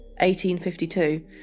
1852